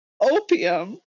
opium